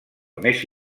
més